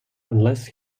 unless